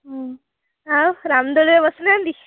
ହୁଁ ଆଉ ରାମ ଦୋଳିରେ ବସି ନାହାନ୍ତି